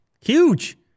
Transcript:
Huge